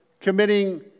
committing